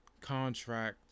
contract